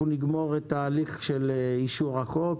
אנחנו נסיים את ההליך של אישור החוק